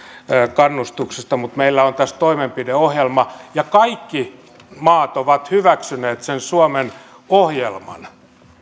kannustuksesta mutta meillä on tässä toimenpideohjelma ja kaikki maat ovat hyväksyneet sen suomen ohjelman